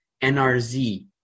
NRZ